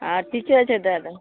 आओर ठीके छै दए देब